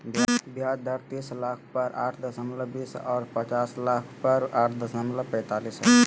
ब्याज दर तीस लाख पर आठ दशमलब बीस और पचास लाख पर आठ दशमलब पैतालीस हइ